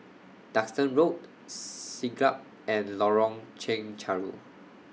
Duxton Road Siglap and Lorong Chencharu